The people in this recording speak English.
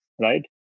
right